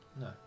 No